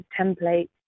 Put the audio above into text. templates